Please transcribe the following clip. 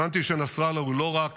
הבנתי שנסראללה הוא לא רק